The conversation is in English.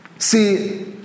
See